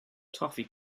toffee